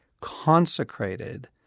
consecrated